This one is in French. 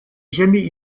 jamais